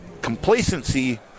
complacency